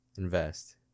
Invest